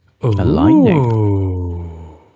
aligning